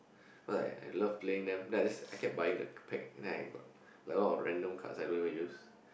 like I love playing them then I just I kept buying the pack then I got like a lot of random cards I don't even use